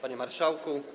Panie Marszałku!